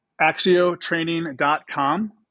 Axiotraining.com